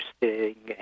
interesting